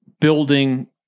building